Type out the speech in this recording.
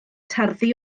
tarddu